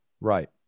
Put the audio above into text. Right